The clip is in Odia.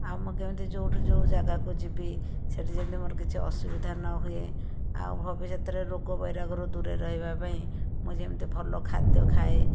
ଆଉ ମୁଁ କେମିତି ଯେଉଁଠି ଯେଉଁ ଜାଗାକୁ ଯିବି ସେଇଠି ଯେମିତି ମୋର କିଛି ଅସୁବିଧା ନହୁଏ ଆଉ ଭବିଷ୍ୟତରେ ରୋଗ ବୈରାଗରୁ ଦୂରରେ ରହିବାପାଇଁ ମୁଁ ଯେମିତି ଭଲ ଖାଦ୍ୟ ଖାଏ